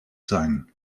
sein